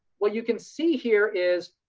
what you can see here is,